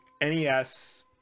nes